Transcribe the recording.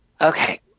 Okay